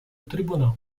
tribunal